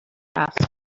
asked